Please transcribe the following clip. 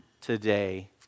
today